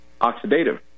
oxidative